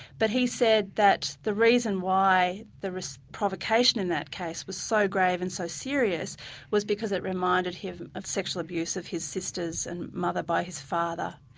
but he said that the reason why the provocation in that case was so grave and so serious was because it reminded him of sexual abuse of his sisters and mother by his father.